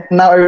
now